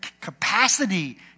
capacity